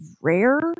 rare